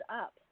up